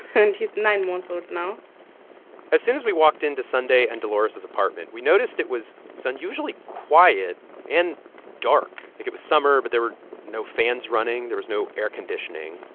and he's nine months old now as soon as we walked into sunday and dolores' apartment, we noticed it was was unusually quiet and dark. like, it was summer, but there were no fans running. there was no air conditioning.